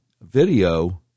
video